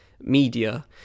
Media